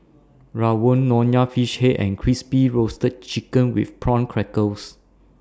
Rawon Nonya Fish Head and Crispy Roasted Chicken with Prawn Crackers